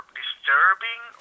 disturbing